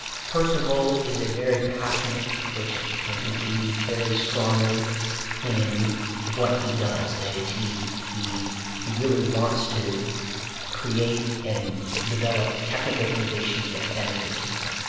percival is a very passionate person, and he believes very strongly in what he does. that is, he he really wants to create and develop technical innovations that benefit people.